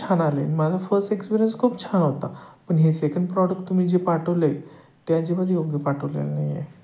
छान आले माझा फस एक्सपीरियन्स खूप छान होता पण हे सेकंड प्रॉडक तुम्ही जे पाठवले ते अजिबात योग्य पाठवलेलं नाही आहे